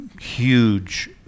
huge